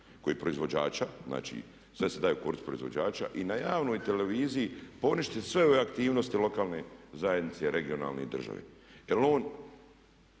kojih proizvođača. Znači sve se daje u korist proizvođača. I na javnoj televiziji poništit sve ove aktivnosti lokalne zajednice i regionalne i države,